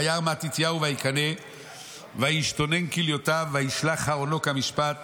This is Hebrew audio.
וירא מתתיהו ויקנא וישתונן כליותיו וישלח חרונו כמשפט